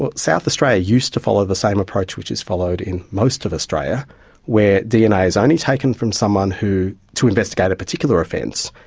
but south australia used to follow the same approach which is followed in most of australia where dna is only taken from someone to investigate a particular offence,